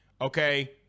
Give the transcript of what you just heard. Okay